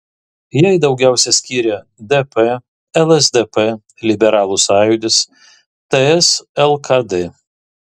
jai daugiausiai skyrė dp lsdp liberalų sąjūdis ts lkd